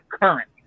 current